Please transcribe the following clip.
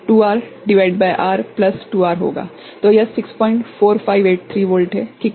तो यह 64583 वोल्ट है ठीक है